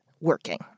working